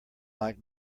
like